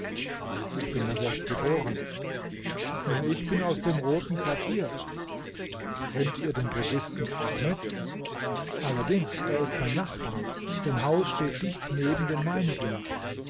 ich bin daselbst geboren nun ich bin aus dem roten quartier kennt ihr den drogisten ahmed allerdings er ist mein nachbar sein haus steht dicht neben dein meinigen